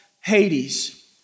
Hades